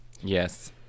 Yes